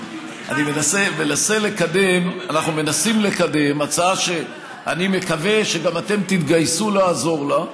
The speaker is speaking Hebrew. אנחנו מנסים לקדם הצעה שאני מקווה שגם אתם תתגייסו לעזור לה: